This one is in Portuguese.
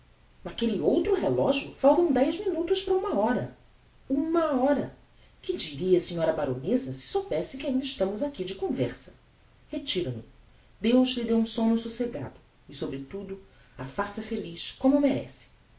naquelle outro relogio faltam dez minutos para uma hora uma hora que diria a sra baroneza se soubesse que ainda estamos aqui de conversa retiro-me deus lhe dê um somno socegado e sobretudo a faça feliz como merece